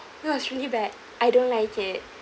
it was really bad I don't like it